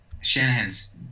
shanahan's